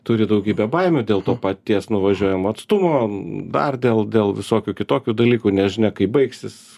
turi daugybę baimių dėl to paties nuvažiuojamo atstumo dar dėl dėl visokių kitokių dalykų nežinia kai baigsis